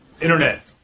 Internet